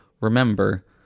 remember